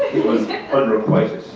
unrequited.